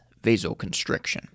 vasoconstriction